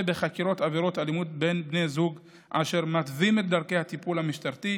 בחקירות עבירות אלימות בין בני זוג אשר מתווים את דרכי הטיפול המשטרתי,